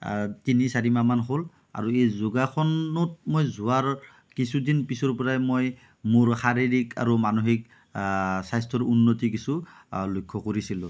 তিনি চাৰি মাহমান হ'ল আৰু এই যোগাসনত মই যোৱাৰ কিছুদিন পিছৰ পৰাই মই মোৰ শাৰীৰিক আৰু মানসিক স্বাস্থ্যৰ উন্নতি কিছু লক্ষ্য কৰিছিলোঁ